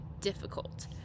difficult